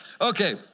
Okay